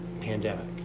pandemic